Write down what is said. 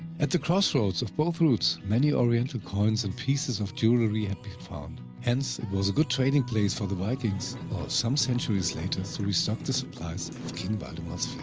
at the crossroads of both routes, many oriental coins and pieces of jewelry had been found. hence, it was a good trading place for the vikings, or some centuries later, to restock the supplies king valdemar's fleet.